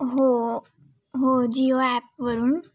हो हो जिओ ॲपवरून